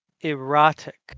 Erotic